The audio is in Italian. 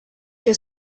che